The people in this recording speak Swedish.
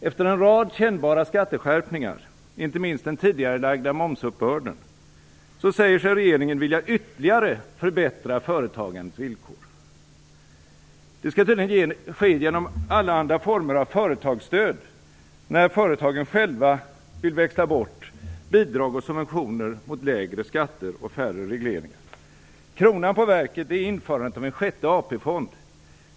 Efter en rad kännbara skatteskärpningar, inte minst den tidigarelagda momsuppbörden, säger sig regeringen vilja ytterligare förbättra företagandets villkor. Det skall tydligen ske genom allehanda former av företagsstöd, när företagen själva vill växla bidrag och subventioner mot lägre skatter och färre regleringar. Kronan på verket är införandet av en sjätte AP-fond.